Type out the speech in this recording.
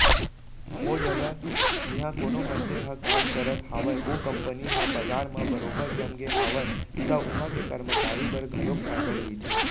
ओ जघा जिहाँ कोनो मनसे ह काम करत हावय ओ कंपनी ह बजार म बरोबर जमगे हावय त उहां के करमचारी बर घलोक फायदा रहिथे